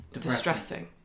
distressing